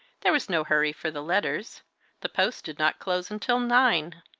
there was no hurry for the letters the post did not close until nine.